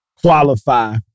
qualify